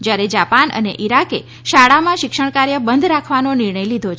જ્યારે જાપાન અને ઈરાકે શાળામાં શિક્ષણકાર્ય બંધ રાખવાનો નિર્ણય લીધો છે